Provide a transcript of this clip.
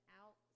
out